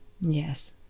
Yes